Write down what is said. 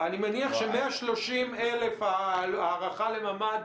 אני מניח ש-130,000 שקל הערכה לממ"ד זה מסוכם.